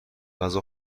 غذا